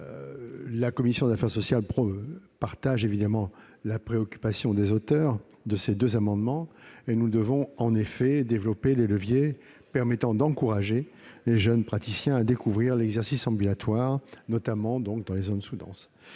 La commission des affaires sociales partage évidemment la préoccupation des auteurs de ces deux amendements. Nous devons en effet développer des leviers permettant d'encourager les jeunes praticiens à découvrir l'exercice ambulatoire, notamment dans les zones sous-denses.